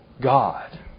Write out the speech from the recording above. God